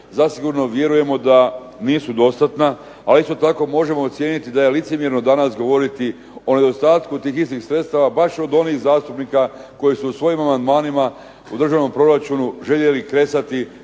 Zasigurno vjerujemo da nisu dostatna, ali isto tako možemo ocijeniti da je licemjerno danas govoriti o nedostatku tih istih sredstava baš od onih zastupnika koji su u svojim amandmanima o državnom proračunu željeli kresati